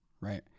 Right